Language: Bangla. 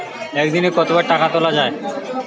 একদিনে কতবার টাকা তোলা য়ায়?